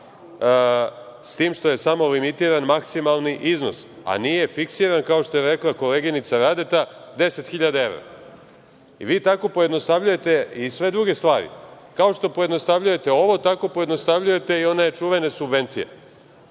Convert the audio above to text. s tim što je samo limitiran maksimalni iznos, a nije fiksiran, kao što je rekla koleginica Radeta – 10.000,00 evra. Vi tako pojednostavljujete i sve druge stvari, kao što pojednostavljujete ovo, tako pojednostavljujete i one čuvene subvencije.